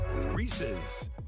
Reese's